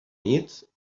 nit